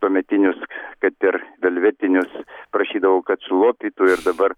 tuometinius kad ir velvetinius prašydavau kad sulopytų ir dabar